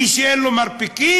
מי שאין לו מרפקים?